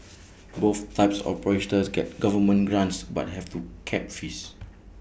both types of get government grants but have to cap fees